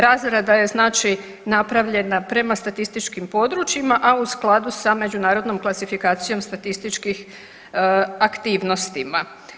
Razrada je znači napravljena prema statističkim područjima, a u skladu sa međunarodnom klasifikacijom statističkih aktivnostima.